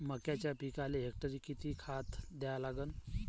मक्याच्या पिकाले हेक्टरी किती खात द्या लागन?